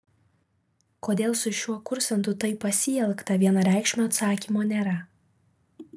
kodėl su šiuo kursantu taip pasielgta vienareikšmio atsakymo nėra